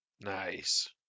Nice